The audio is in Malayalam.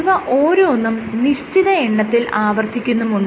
ഇവ ഓരോന്നും നിശ്ചിത എണ്ണത്തിൽ ആവർത്തിക്കുന്നുമുണ്ട്